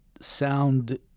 sound